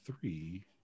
three